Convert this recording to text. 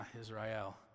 Israel